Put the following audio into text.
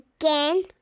Again